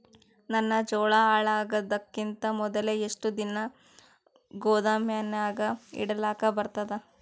ನನ್ನ ಜೋಳಾ ಹಾಳಾಗದಕ್ಕಿಂತ ಮೊದಲೇ ಎಷ್ಟು ದಿನ ಗೊದಾಮನ್ಯಾಗ ಇಡಲಕ ಬರ್ತಾದ?